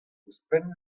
ouzhpenn